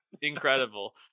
incredible